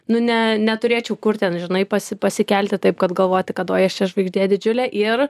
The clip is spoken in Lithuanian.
nu ne neturėčiau kur ten žinai pasi pasikelti taip kad galvoti kad oi aš čia žvaigždė didžiulė ir